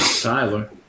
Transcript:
Tyler